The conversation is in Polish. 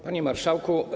Panie Marszałku!